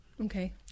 okay